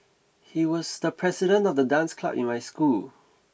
he was the president of the dance club in my school